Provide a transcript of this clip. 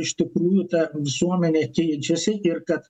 iš tikrųjų ta visuomenė keičiasi ir kad